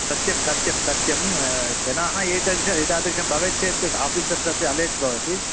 सत्यं सत्यं सत्यं जनाः एतादृशम् एतादृशं भवेत् चेत् आफ़ीसर् तस्य अलर्ट् भवति